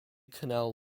canal